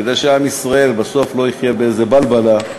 כדי שעם ישראל בסוף לא יחיה באיזו בלבלה,